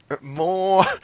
more